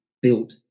built